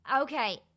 Okay